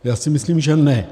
Já si myslím, že ne.